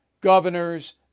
governors